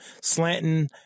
slanting